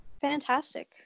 Fantastic